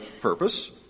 purpose